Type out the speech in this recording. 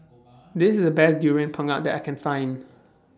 This IS The Best Durian Pengat that I Can Find